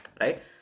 right